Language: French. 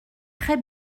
très